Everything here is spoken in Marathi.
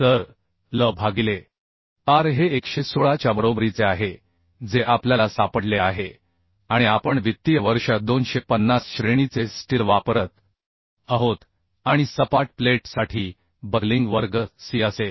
तर l भागिले r हे 116 च्या बरोबरीचे आहे जे आपल्याला सापडले आहे आणि आपण वित्तीय वर्ष 250 श्रेणीचे स्टील वापरत आहोत आणि सपाट प्लेटसाठी बकलिंग वर्ग C असेल